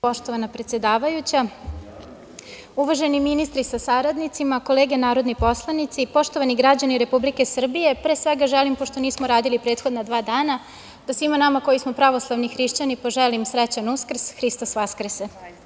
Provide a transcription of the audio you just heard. Poštovana predsedavajuća, uvaženi ministri sa saradnicima, kolege narodni poslanici, poštovani građani Republike Srbije, pre svega želim, pošto nismo radili prethodna dva dana, da svima nama koji smo pravoslavni hrišćani poželim srećan Uskrs, Hristos Voskrese.